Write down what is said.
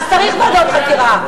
יש ועדות חקירה.